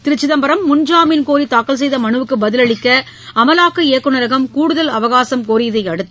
திரு சிதம்பரம் முன்ஜாமீன் கோரி தாக்கல் செய்த மனுவுக்கு பதிலளிக்க அமலாக்க இயக்குனரகம் கூடுதல் அவகாசம் கோரியதை அடுத்து